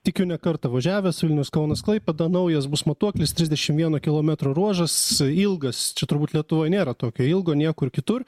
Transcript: tikiu ne kartą važiavęs vilnius kaunas klaipėda naujas bus matuoklis trisdešimt vieno kilometro ruožas ilgas čia turbūt lietuvoj nėra tokio ilgo niekur kitur